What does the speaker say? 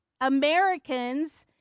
Americans